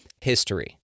History